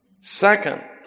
Second